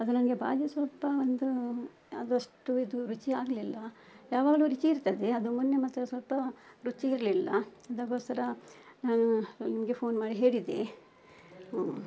ಅದು ನನಗೆ ಬಾಜಿ ಸ್ವಲ್ಪ ಒಂದು ಅದು ಅಷ್ಟು ಇದು ರುಚಿ ಆಗಲಿಲ್ಲ ಯಾವಾಗಲೂ ರುಚಿ ಇರ್ತದೆ ಅದು ಮೊನ್ನೆ ಮಾತ್ರ ಸ್ವಲ್ಪ ರುಚಿ ಇರಲಿಲ್ಲ ಅದಕ್ಕೋಸ್ಕರ ನಾನು ನಿಮಗೆ ಫೋನ್ ಮಾಡಿ ಹೇಳಿದೆ